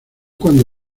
cuando